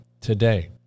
today